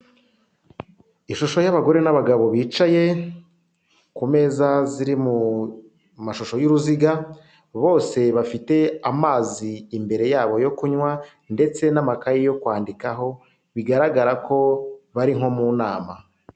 Ishusho y'abagore n'abagabo bicaye, ku meza ziri mu mashusho y'uruziga, bose bafite amazi imbere yabo yo kunywa ndetse n'amakaye yo kwandikaho, bigaragara ko bari nko mu nama.